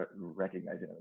recognizing